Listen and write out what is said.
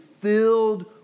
filled